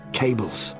cables